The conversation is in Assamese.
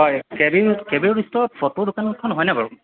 হয় K B K B road ষ্ট'ৰৰ ফটোৰ দোকানখন হয়নে বাৰু